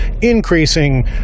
increasing